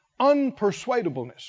unpersuadableness